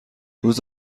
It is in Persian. روز